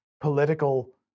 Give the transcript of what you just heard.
political